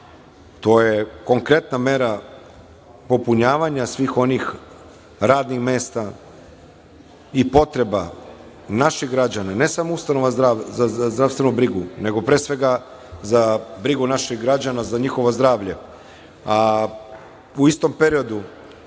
To je konkretna mera popunjavanja svih onih radnih mesta i potreba naših građana, ne samo ustanova za zdravstvenu brigu, nego pre svega za brigu naših građana, za njihovo zdravlje.U istom periodu,